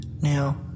Now